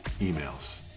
emails